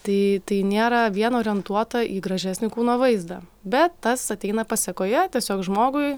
tai tai nėra vien orientuota į gražesnį kūno vaizdą bet tas ateina pasekoje tiesiog žmogui